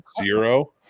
zero